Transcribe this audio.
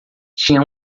tinha